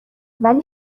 ولی